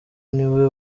niwe